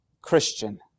Christian